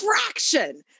fraction